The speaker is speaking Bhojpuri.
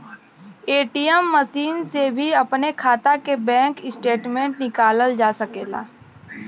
ए.टी.एम मसीन से भी अपने खाता के बैंक स्टेटमेंट निकालल जा सकेला